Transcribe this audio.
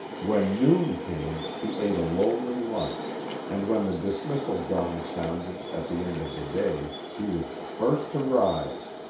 when noon came, he ate a lonely lunch and when the dismissal gong sounded at the end of the day he was the first to rise.